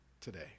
today